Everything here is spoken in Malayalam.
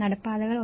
നടപ്പാതകൾ 1